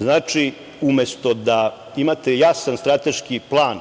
Znači, umesto da imate jasan strateški plan